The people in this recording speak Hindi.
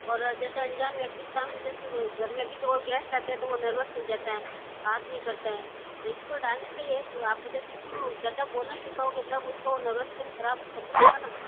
और जैसे अनजान व्यक्ति के सामने जैसे वो घर में भी तो और गेष्ट आते हैं तो वो नर्वस हो जाता है बात नहीं करता है तो इसको डालने से ये आप जैसे उसको ज़्यादा बोलना सिखाओगे तब उसको वो नर्वसपन खराब खत्म होगा ना